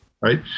Right